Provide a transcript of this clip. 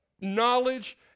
knowledge